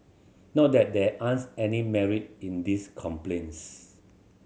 not that there aren't any merit in these complaints